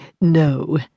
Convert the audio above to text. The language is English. No